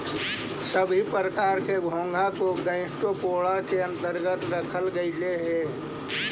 सभी प्रकार के घोंघा को गैस्ट्रोपोडा के अन्तर्गत रखल गेलई हे